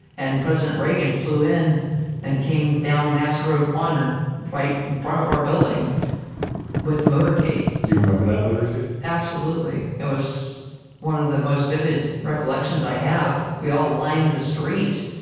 and president reagan flew in and came down nasa road one right in front of our building with the motorcade. do you remember that motorcade? absolutely. it was one of the most vivid recollections i have. we all lined the street.